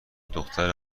دختر